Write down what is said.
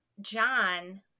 John